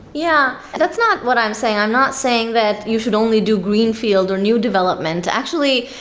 yeah. that's not what i'm saying. i'm not saying that you should only do greenfield or new development. actually,